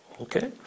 Okay